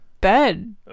bed